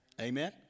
Amen